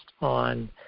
on